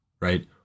right